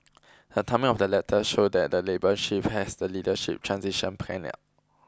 the timing of the letters showed that Labour Chief has the leadership transition planned out